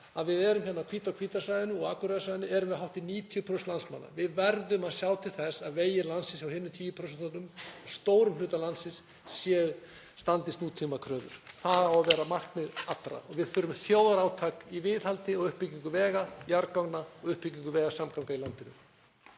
að við erum með á Hvítá-Hvítársvæðinu og Akureyrarsvæðinu hátt í 90% landsmanna. Við verðum að sjá til þess að vegir landsins hjá hinum 10%, stórum hluta landsins, standist nútímakröfur. Það á að vera markmið allra. Við þurfum þjóðarátak í viðhaldi og uppbyggingu vega, jarðganga og uppbyggingu vegasamgangna í landinu.